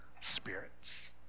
spirits